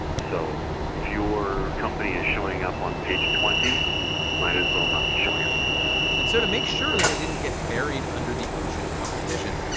so if your company is showing up on page twenty, you might as well not be showing up at all and so to make sure that they didn't get buried under the ocean of competition,